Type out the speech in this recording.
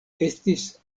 estis